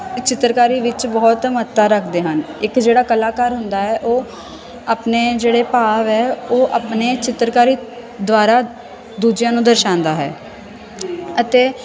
ਚਿੱਤਰਕਾਰੀ ਵਿੱਚ ਬਹੁਤ ਮਹੱਤਤਾ ਰੱਖਦੇ ਹਨ ਇੱਕ ਜਿਹੜਾ ਕਲਾਕਾਰ ਹੁੰਦਾ ਹੈ ਉਹ ਆਪਣੇ ਜਿਹੜੇ ਭਾਵ ਹੈ ਉਹ ਆਪਣੇ ਚਿੱਤਰਕਾਰੀ ਦੁਆਰਾ ਦੂਜਿਆਂ ਨੂੰ ਦਰਸਾਉਂਦਾ ਹੈ ਅਤੇ